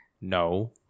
No